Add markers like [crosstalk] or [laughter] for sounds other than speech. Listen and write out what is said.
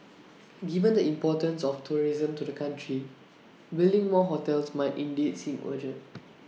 [noise] given the importance of tourism to the country building more hotels might indeed seem urgent